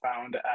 found